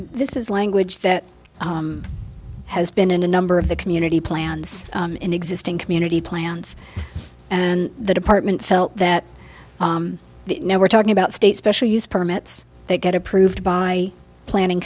this is language that has been in a number of the community plans in existing community plans and the department felt that the now we're talking about state special use permits that get approved by planning